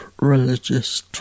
religious